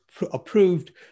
approved